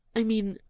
i mean,